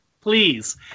please